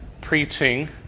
preaching